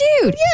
dude